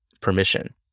permission